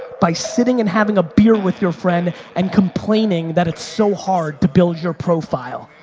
by sitting and having a beer with your friend and complaining that it's so hard to build your profile.